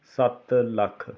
ਸੱਤ ਲੱਖ